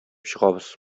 чыгабыз